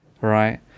right